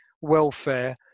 welfare